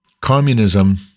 Communism